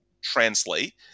translate